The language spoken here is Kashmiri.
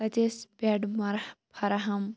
اَتہٕ ٲس بیٚڈ مَرا فراہم